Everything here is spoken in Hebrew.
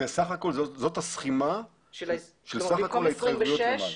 זאת הסכימה של סה"כ ההתחייבויות שלנו.